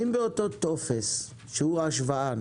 האם באותו טופס שהוא השוואה,